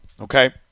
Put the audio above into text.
okay